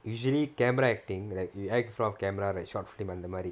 usually camera acting like you act in front of camera like short film அந்த மாரி:antha maari